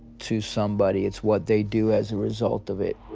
to somebody. it's what they do as a result of it.